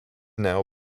now